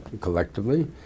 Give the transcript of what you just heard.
collectively